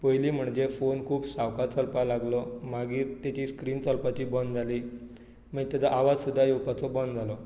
पयली म्हणजे फोन खूब सावका चलपाक लागलो मागीर तेची स्क्रीन चलपाची बंद जाली मागीर ताचो आवाज सुद्दा येवपाचो बंद जालो